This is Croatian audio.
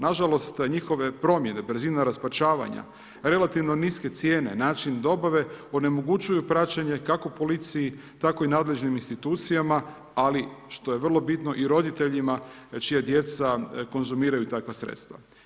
Nažalost, njihove promjene, brzina raspačavanja, relativno niske cijene, način dobave onemogućuju praćenje kako policiji, tako i nadležnim institucijama, ali što je vrlo bitno i roditeljima čija djeca konzumiraju takva sredstva.